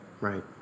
right